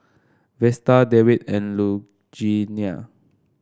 Vesta Dewitt and Lugenia